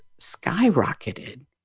skyrocketed